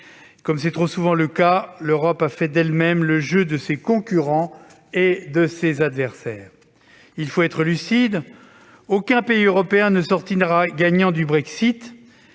Comme c'est trop souvent le cas, l'Europe a, d'elle-même, fait le jeu de ses concurrents et de ses adversaires. Il nous faut être lucides : aucun pays européen ne sortira gagnant du Brexit